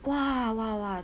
!wah! !wah! !wah!